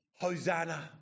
Hosanna